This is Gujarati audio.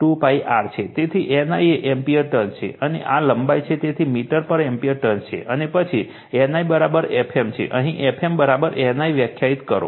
તેથી NI એ એમ્પીયર ટર્ન્સ છે અને આ લંબાઈ છે તેથી મીટર પર એમ્પીયર ટર્ન્સ છે અને પછી NI Fm છે અહીં Fm NI વ્યાખ્યાયિત કરો